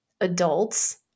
adults